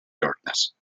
darkness